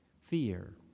fear